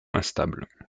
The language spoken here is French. instables